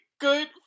good